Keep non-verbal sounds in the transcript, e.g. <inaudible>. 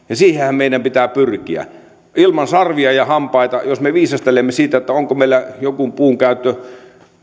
<unintelligible> ja siihenhän meidän pitää pyrkiä ilman sarvia ja hampaita jos me viisastelemme siitä että onko meillä joku puun käyttö